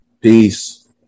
Peace